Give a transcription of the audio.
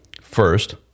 First